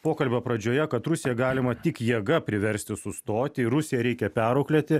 pokalbio pradžioje kad rusiją galima tik jėga priversti sustoti ir rusiją reikia perauklėti